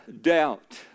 doubt